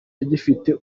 agifite